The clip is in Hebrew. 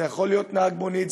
זה יכול להיות נהג מונית,